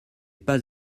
pas